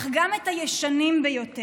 אך גם את הישנים ביותר.